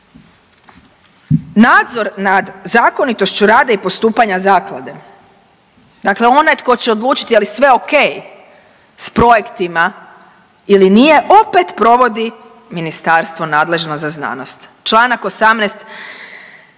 Nadzor nad zakonitošću rada i postupanja zaklade, dakle onaj tko će odlučiti je li sve ok s projektima ili nije opet provodi ministarstvo nadležno za znanost Članak 18.